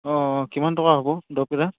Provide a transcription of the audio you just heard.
অঁ কিমান টকা হ'ব দৰবকেইটা